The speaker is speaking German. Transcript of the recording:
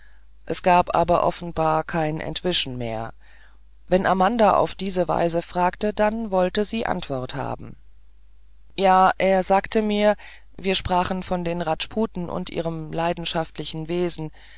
es gab aber offenbar kein entwischen mehr wenn amanda auf diese weise fragte dann wollte sie antwort haben ja er sagte mir wir sprachen von den rajputen und ihrem leidenschaftlichen wesen